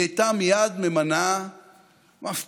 היא מייד הייתה ממנה מפכ"ל,